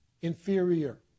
inferior